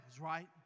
right